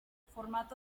formato